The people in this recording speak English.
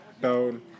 Down